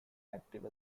active